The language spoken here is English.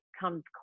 comes